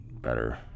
better